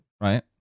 Right